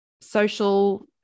social